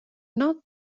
not